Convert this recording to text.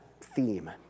theme